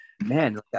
Man